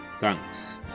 Thanks